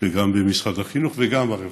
גם במשרד החינוך וגם ברווחה.